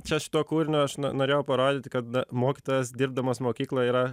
čia šituo kūriniu aš norėjau parodyti kad mokytojas dirbdamas mokykloj yra